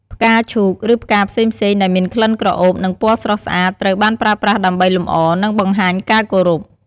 ផ្កាឈូក ឬផ្កាផ្សេងៗដែលមានក្លិនក្រអូប និងពណ៌ស្រស់ស្អាតត្រូវបានប្រើប្រាស់ដើម្បីលម្អ និងបង្ហាញការគោរព។